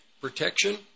protection